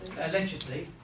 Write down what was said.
allegedly